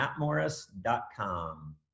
mattmorris.com